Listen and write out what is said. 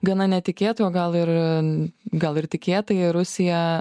gana netikėtai o gal ir gal ir tikėtai rusija